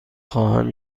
خواهم